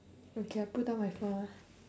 okay I put down my phone ah